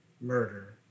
murder